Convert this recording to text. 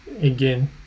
again